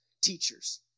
teachers